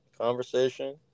conversation